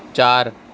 چار